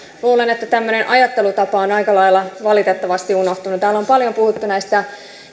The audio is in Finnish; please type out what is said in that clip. luulen että tämmöinen ajattelutapa on aika lailla valitettavasti unohtunut täällä on paljon puhuttu näistä